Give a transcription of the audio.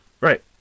Right